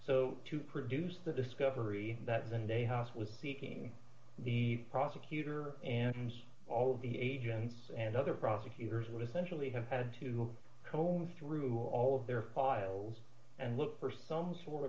so to produce the discovery that is and a house was seeking the prosecutor and all of the agents and other prosecutors would essentially have had to comb through all of their files and look for some sort